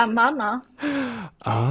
mama